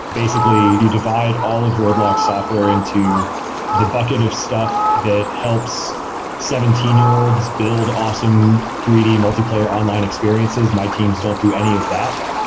basically, you divide all of roblox software into the bucket of stuff that helps seventeen year old's build awesome three d multiplayer online experiences. my teams don't do any of that.